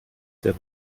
sehr